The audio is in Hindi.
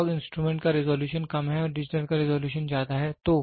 एनालॉग इंस्ट्रूमेंट का रिज़ॉल्यूशन कम है और डिजिटल का रिज़ॉल्यूशन ज़्यादा है